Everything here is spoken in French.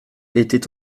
était